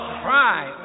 cry